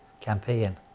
campaign